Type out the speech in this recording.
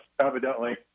Evidently